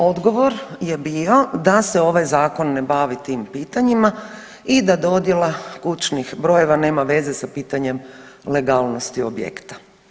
Odgovor je bio da se ovaj zakon ne bavi tim pitanjima i da dodjela kućnih brojeva nema veze sa pitanjem legalnosti objekta.